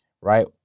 right